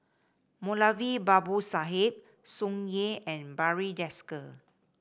Moulavi Babu Sahib Tsung Yeh and Barry Desker